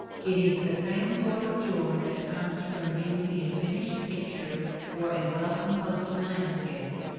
it is the same sort of joy that comes from viewing a finished picture or a well composed landscape.